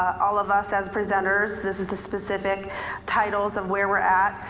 all of us as presenters this is the specific titles of where we're at.